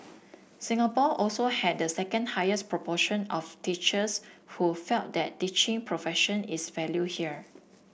Singapore also had the second highest proportion of teachers who felt that teaching profession is valued here